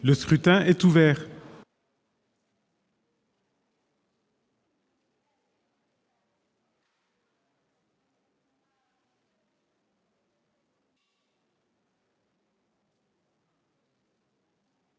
Le scrutin est ouvert.